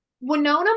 Winona